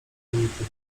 prymitywny